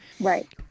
right